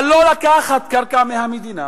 אבל לא לקחת קרקע מהמדינה